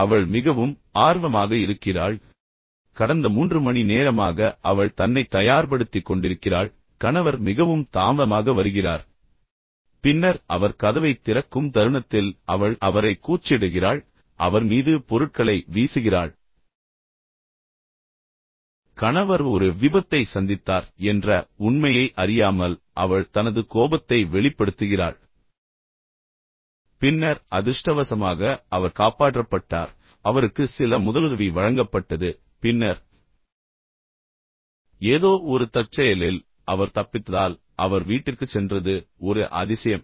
அவள் மிகவும் ஆர்வமாக இருக்கிறாள் கடந்த மூன்று மணி நேரமாக அவள் தன்னைத் தயார்படுத்திக் கொண்டிருக்கிறாள் கணவர் மிகவும் தாமதமாக வருகிறார் பின்னர் அவர் கதவைத் திறக்கும் தருணத்தில் அவள் அவரைக் கூச்சலிடுகிறாள் அவர் மீது பொருட்களை வீசுகிறாள் கணவர் ஒரு விபத்தை சந்தித்தார் என்ற உண்மையை அறியாமல் அவள் தனது கோபத்தை வெளிப்படுத்துகிறாள் பின்னர் அதிர்ஷ்டவசமாக அவர் காப்பாற்றப்பட்டார் அவருக்கு சில முதலுதவி வழங்கப்பட்டது பின்னர் ஏதோ ஒரு தற்செயலில் அவர் தப்பித்ததால் அவர் வீட்டிற்குச் சென்றது ஒரு அதிசயம்